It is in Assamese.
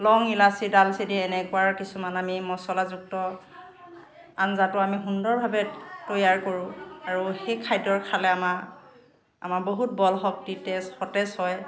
লং ইলাচি ডালচেনি এনেকুৱা কিছুমান আমি মছলাযুক্ত আঞ্জাটো আমি সুন্দৰভাৱে তৈয়াৰ কৰোঁ আৰু সেই খাদ্যৰ খালে আমাৰ আমাৰ বহুত বল শক্তি তেজ সতেজ হয়